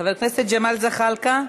חבר הכנסת ג'מאל זחאלקה,